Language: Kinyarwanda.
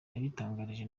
yabitangarijwe